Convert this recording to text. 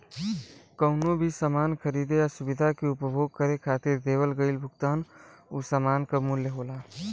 कउनो भी सामान खरीदे या सुविधा क उपभोग करे खातिर देवल गइल भुगतान उ सामान क मूल्य होला